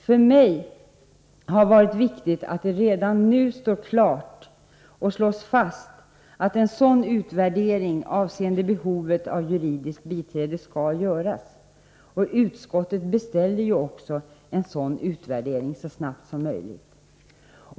Det viktiga för mig har varit att det redan nu klart slås fast att en sådan utvärdering avseende behovet av juridiskt biträde skall göras. Utskottet beställer ju också en utvärdering så snabbt som möjligt.